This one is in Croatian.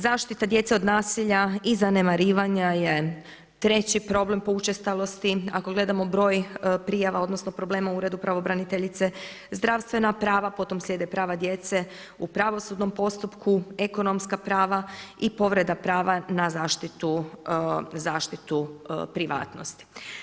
Zaštita djece od nasilja i zanemarivanja je treći problem po učestalosti ako gledamo broj prijava odnosno problema u Uredu pravobraniteljice, zdravstvena prava, potom slijede prava djece u pravosudnom postupku, ekonomska prava i povreda prava na zaštitu privatnosti.